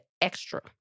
extra